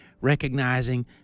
recognizing